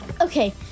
Okay